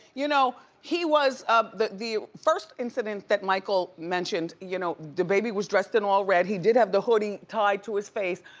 you know, he was, um the the first incident that michael mentioned, you know dababy was dressed in all red, he did have the hoodie tied to his face,